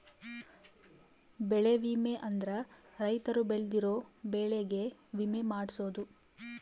ಬೆಳೆ ವಿಮೆ ಅಂದ್ರ ರೈತರು ಬೆಳ್ದಿರೋ ಬೆಳೆ ಗೆ ವಿಮೆ ಮಾಡ್ಸೊದು